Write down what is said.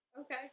okay